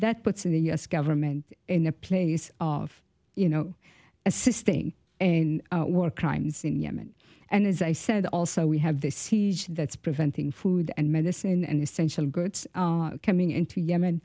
that puts in the u s government in a place of you know assisting and war crimes in yemen and as i said also we have this siege that's preventing food and medicine and essential goods coming into yemen